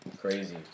Crazy